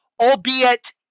albeit